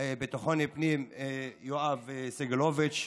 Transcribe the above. לביטחון פנים יואב סגלוביץ',